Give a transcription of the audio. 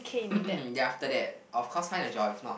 ya after that of course find a job if not